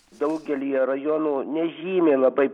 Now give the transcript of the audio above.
daugelyje rajonų nežymiai labai